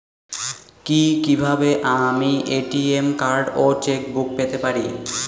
কি কিভাবে আমি এ.টি.এম কার্ড ও চেক বুক পেতে পারি?